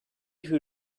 who